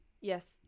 yes